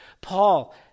Paul